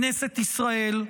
כנסת ישראל,